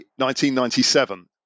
1997